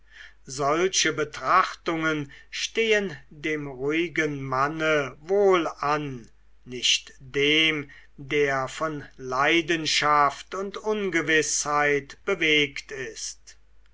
solche betrachtungen stehen dem ruhigen manne wohl an nicht dem der von leidenschaft und ungewißheit bewegt ist